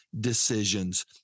decisions